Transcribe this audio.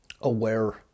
aware